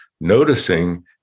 noticing